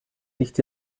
nicht